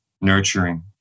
nurturing